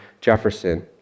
Jefferson